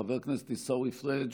חבר הכנסת עיסאווי פריג'